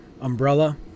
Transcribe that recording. umbrella